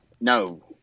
No